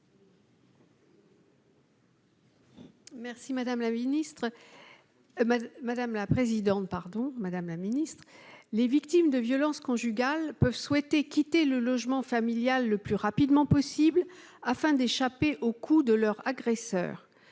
est à Mme Claudine Lepage. Les victimes de violences conjugales peuvent souhaiter quitter le logement familial le plus rapidement possible, afin d'échapper aux coups de leur agresseur.